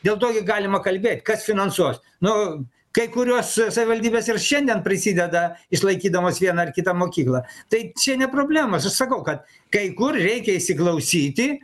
dėl to gi galima kalbėt kas finansuos nu kai kurios savivaldybės ir šiandien prisideda išlaikydamos vieną ar kitą mokyklą tai čia ne problema aš ir sakau kad kai kur reikia įsiklausyti